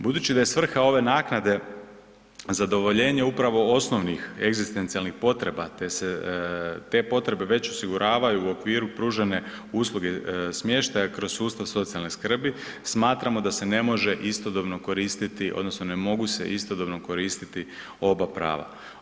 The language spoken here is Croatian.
Budući da je svrha ove naknade zadovoljenje upravo osnovnih egzistencijalnih potreba te se te potrebe već osiguravaju u okviru pružene usluge smještaja kroz sustav socijalne skrbi, smatramo da se ne može istodobno koristiti odnosno ne mogu se istodobno koristiti oba prava.